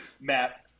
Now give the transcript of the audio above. Matt